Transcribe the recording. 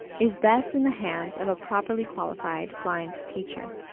is best in the hands of a properly qualified blind teacher.